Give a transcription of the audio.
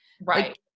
Right